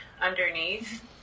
underneath